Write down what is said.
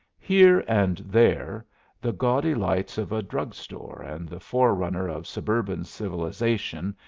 here and there the gaudy lights of a drug-store, and the forerunner of suburban civilization,